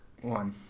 One